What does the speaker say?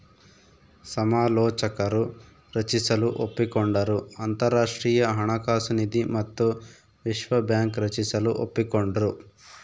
ಸಮಾಲೋಚಕರು ರಚಿಸಲು ಒಪ್ಪಿಕೊಂಡರು ಅಂತರಾಷ್ಟ್ರೀಯ ಹಣಕಾಸು ನಿಧಿ ಮತ್ತು ವಿಶ್ವ ಬ್ಯಾಂಕ್ ರಚಿಸಲು ಒಪ್ಪಿಕೊಂಡ್ರು